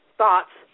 thoughts